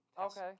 okay